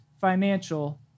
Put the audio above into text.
financial